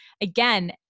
again